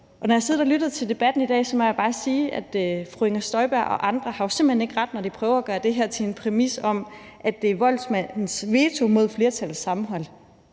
og lyttet til debatten i dag, må jeg bare sige, at fru Inger Støjberg og andre jo simpelt hen ikke har ret, når de prøver og gøre det her til en præmis om, at det er voldsmandens veto mod flertallets sammenhold.